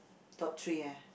top three ah